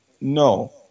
no